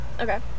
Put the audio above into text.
Okay